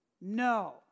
No